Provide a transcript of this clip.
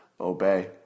obey